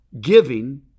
giving